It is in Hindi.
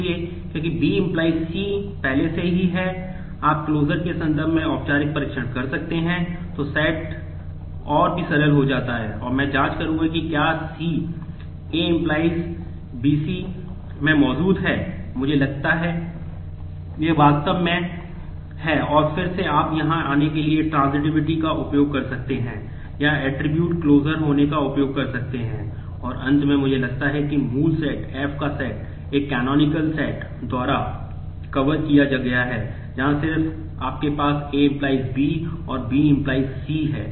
इसलिए क्योंकि B → C पहले से ही है आप क्लोजर किया गया है जहां सिर्फ आपके पास A → B और B → C है